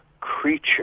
creature